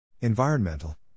Environmental